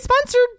sponsored